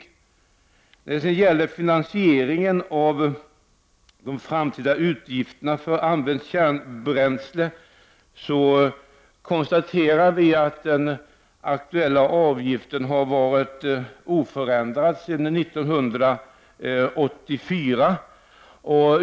Vi konstaterar när det gäller finansieringen av de framtida utgifterna för använt kärnbränsle att den aktuella avgiften har varit oförändrad sedan 1984.